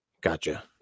Gotcha